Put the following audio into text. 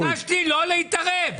ביקשתי לא להתערב.